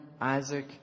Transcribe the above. Isaac